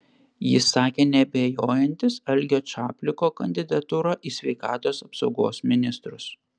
jis sakė neabejojantis algio čapliko kandidatūra į sveikatos apsaugos ministrus